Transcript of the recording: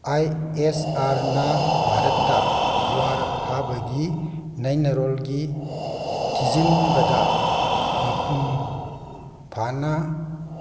ꯑꯥꯏ S ꯑꯥꯔꯅ ꯚꯥꯔꯠꯇ ꯌꯨꯍꯥꯔ ꯍꯥꯕꯒꯤ ꯅꯩꯅꯔꯣꯜꯒꯤ ꯊꯤꯖꯤꯟꯕꯗ ꯃꯄꯨꯡ ꯐꯥꯅ